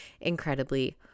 incredibly